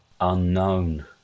unknown